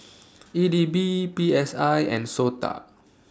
E D B P S I and Sota